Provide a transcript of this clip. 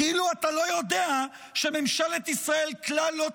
כאילו אתה לא יודע שממשלת ישראל כלל לא